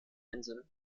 insel